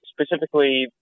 specifically